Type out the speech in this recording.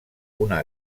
una